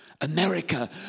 America